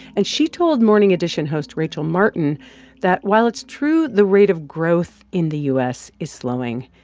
and she told morning edition host rachel martin that while it's true the rate of growth in the u s. is slowing,